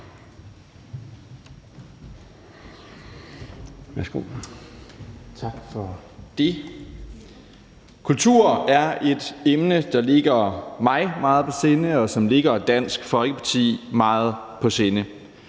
Kultur er et emne, der ligger mig meget på sinde, og som ligger Dansk Folkeparti meget på sinde.